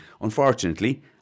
unfortunately